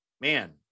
man